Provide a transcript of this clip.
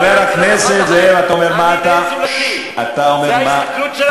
חבר הכנסת זאב, אתה אומר מה, זאת ההסתכלות שלכם?